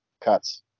cuts